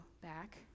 back